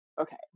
Okay